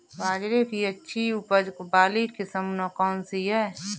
बाजरे की अच्छी उपज वाली किस्म कौनसी है?